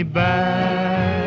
back